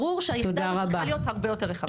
ברור שהיחידה הזאת צריכה להיות הרבה יותר גדולה.